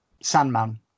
Sandman